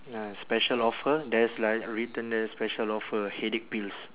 ya special offer there's like written there special offer headache pills